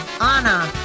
Anna